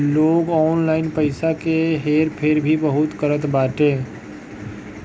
लोग ऑनलाइन पईसा के हेर फेर भी बहुत करत बाटे